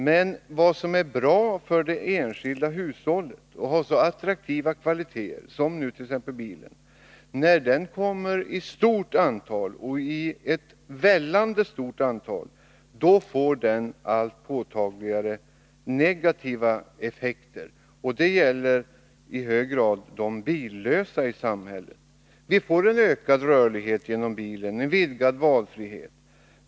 Men något som är bra och har så stor attraktion för det enskilda hushållet som exempelvis bilen har, får, när den kommer upp i ett mycket stort antal — ja, väller fram — påtagligt negativa effekter. Och de drabbar i hög grad de billösa i samhället. Vi får ökad rörlighet genom bilen, ökad valfrihet.